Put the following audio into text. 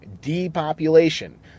Depopulation